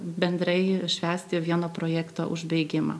bendrai švęsti vieno projekto užbaigimą